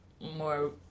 more